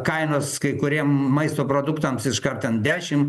kainos kai kuriem maisto produktams iškart ten dešim